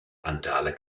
randale